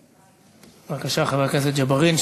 בבקשה, חבר הכנסת ג'בארין.